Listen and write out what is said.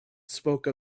spoke